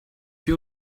you